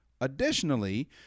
Additionally